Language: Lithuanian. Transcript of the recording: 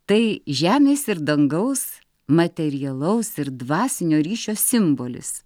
tai žemės ir dangaus materialaus ir dvasinio ryšio simbolis